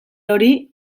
hori